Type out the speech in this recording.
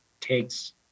takes